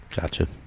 Gotcha